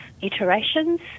iterations